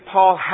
Paul